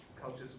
cultures